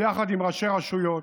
ביחד עם ראשי רשויות,